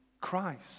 Christ